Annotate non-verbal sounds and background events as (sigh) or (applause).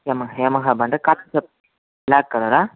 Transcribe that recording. Yamaha Yamaha బండి (unintelligible) black కలరా